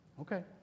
Okay